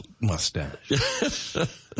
mustache